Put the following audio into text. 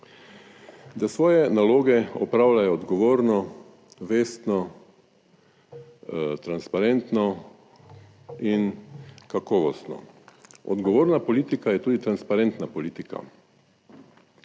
da svoje naloge opravljajo odgovorno, vestno, transparentno in kakovostno. Odgovorna politika je tudi transparentna politika.